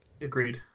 Agreed